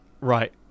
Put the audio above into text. right